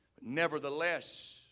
Nevertheless